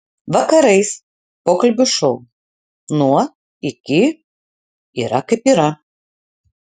vakarais pokalbių šou nuo iki yra kaip yra